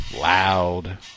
loud